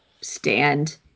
Stand